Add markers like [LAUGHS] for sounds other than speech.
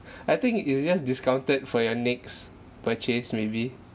[LAUGHS] I think it's just discounted for your next purchase maybe